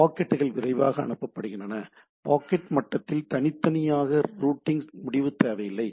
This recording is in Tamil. பாக்கெட்டுகள் விரைவாக அனுப்பப்படுகின்றன பாக்கெட் மட்டத்தில் தனித்தனியாக ரூட்டிங் முடிவு தேவையில்லை